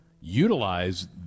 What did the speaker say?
utilize